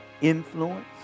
influence